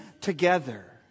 together